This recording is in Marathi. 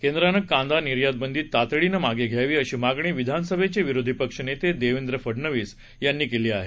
केंद्रानं कांदा निर्यातबंदी तातडीनं मागे घ्यावी अशी मागणी विधानसभेचे विरोधी पक्षनेते देवेंद्र फडनवीस यांनी केली आहे